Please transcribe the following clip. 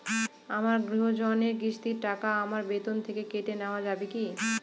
আমার গৃহঋণের কিস্তির টাকা আমার বেতন থেকে কেটে নেওয়া যাবে কি?